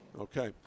Okay